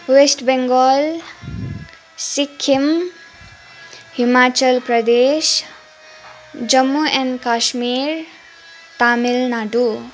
West Bengal Sikkim Himachal Pradesh Jammu and Kashmir Tamil Nadu